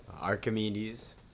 Archimedes